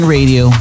Radio